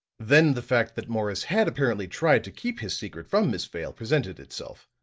then the fact that morris had apparently tried to keep his secret from miss vale presented itself.